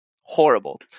Horrible